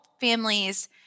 families